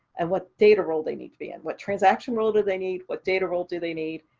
and what data role they need to be in, what transaction role do they need, what data role do they need?